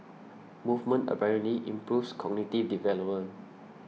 movement apparently improves cognitive development